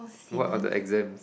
what are the exam